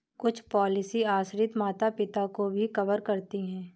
कुछ पॉलिसी आश्रित माता पिता को भी कवर करती है